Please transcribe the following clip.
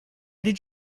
did